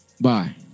Bye